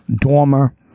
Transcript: Dormer